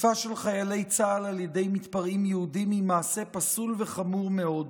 "תקיפה של חיילי צה"ל על ידי מתפרעים יהודים היא מעשה פסול וחמור מאוד.